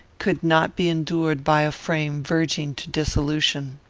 could not be endured by a frame verging to dissolution.